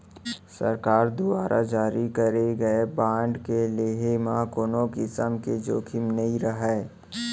सरकार दुवारा जारी करे गए बांड के लेहे म कोनों किसम के जोखिम नइ रहय